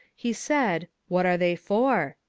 he said, what are they for?